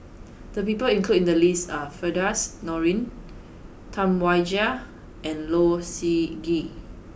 the people included in the list are Firdaus Nordin Tam Wai Jia and Low Siew Nghee